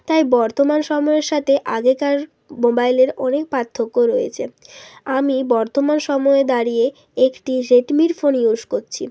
তাই বর্তমান সময়ের সাথে আগেকার মোবাইলের অনেক পার্থক্য রয়েছে আমি বর্তমান সময়ে দাঁড়িয়ে একটি রেডমির ফোন ইউজ করছি